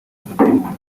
amadayimoni